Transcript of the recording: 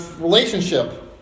relationship